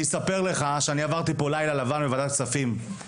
אספר לך שעברתי פה לילה לבן בוועדת הכספים,